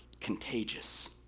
contagious